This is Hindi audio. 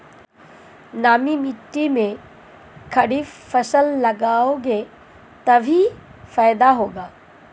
नमी मिट्टी में खरीफ फसल लगाओगे तभी फायदा होगा